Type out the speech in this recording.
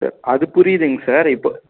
sir அது புரியுதுங்க sir இப்போ